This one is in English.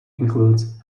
includes